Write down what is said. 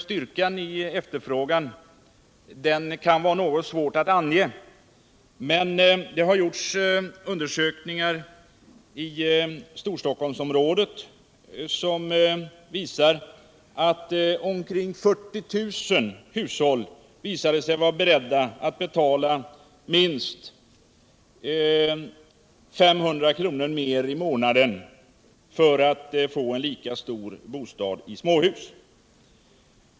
Styrkan i efterfrågan är svår att ange, men det har gjorts undersökningar i Storstockholmsområdet som visar att omkring 40 000 hushåll är beredda att betala minst 500 kr. mer i månaden för att få en lika stor bostad i småhus.